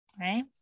Right